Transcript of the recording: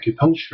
acupuncture